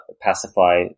pacify